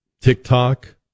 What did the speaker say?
TikTok